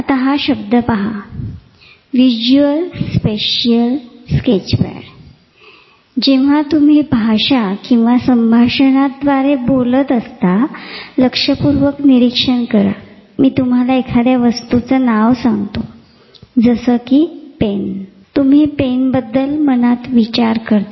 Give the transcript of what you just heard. आता हा शब्द पहा विज्युअल स्पेशिअल स्केचपॅड जेंव्हा तुम्ही भाषा किंवा संभाषणाबद्दल बोलत असता तेंव्हा लक्षपूर्वक निरीक्षण करा मी तुम्हाला एखाद्या वस्तूचे नाव सांगतो जसे कि पेन तुम्ही पेनबद्दल मनात विचार करा